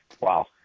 wow